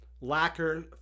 lacquer